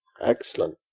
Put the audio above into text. excellent